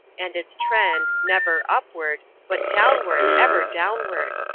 and its trend never upward, but downward, ever downward!